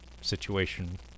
situation